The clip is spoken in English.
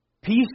Peace